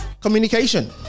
communication